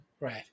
Right